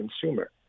consumer